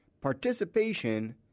participation